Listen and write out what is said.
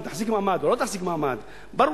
אם היא תחזיק מעמד או לא תחזיק מעמד.